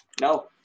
No